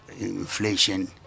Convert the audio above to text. inflation